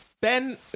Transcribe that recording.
Ben